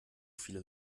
viele